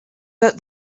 that